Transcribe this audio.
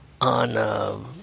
on